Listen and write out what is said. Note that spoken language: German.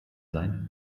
sein